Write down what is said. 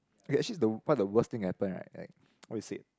eh actually is the what the worst thing can happen right like what you said